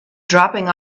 dropping